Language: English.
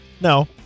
No